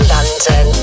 London